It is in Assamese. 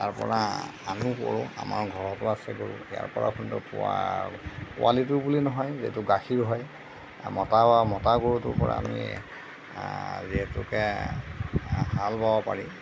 তাৰপৰা আমিও কৰোঁ আমাৰ ঘৰতো আছে গৰু ইয়াৰপৰা পোৱা পোৱালিটো বুলি নহয় যিহেতু গাখীৰ হয় মতা মতা গৰুটোৰপৰা আমি যিহেতুকে হাল বাব পাৰি